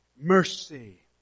mercy